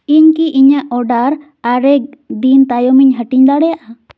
ᱤᱧᱠᱤ ᱤᱧᱟᱹᱜ ᱚᱰᱟᱨ ᱟᱨᱮ ᱫᱤᱱ ᱛᱟᱭᱚᱢᱤᱧ ᱦᱟᱹᱴᱤᱧ ᱫᱟᱲᱮᱭᱟᱜᱼᱟ